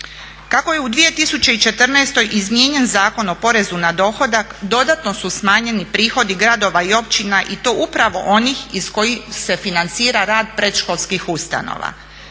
Kako je u 2014.izmijenjen Zakon o porezu na dohodak dodatno su smanjeni prihodi gradova i općina i to upravo onih iz kojih se financira rad predškolskih ustanova.